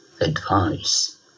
advice